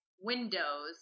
windows